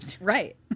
Right